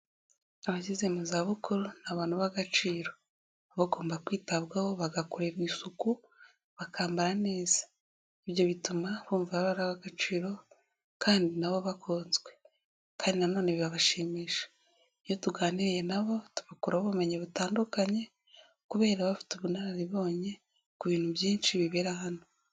Abageze mu zabukuru ni abantu b'agaciro. Bagomba kwitabwaho bagakorerwa isuku bakambara neza. Ibyo bituma bumva ari ab'agaciro kandi nabo bakunzwe. Kandi na none birabashimisha iyo tuganiriye nabo tubakuraho ubumenyi butandukanye kubera bafite ubunararibonye ku bintu byinshi bibera hano.